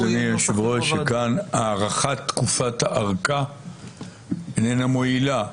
אדוני היושב-ראש היא שכאן הארכת תקופת הארכה איננה מועילה.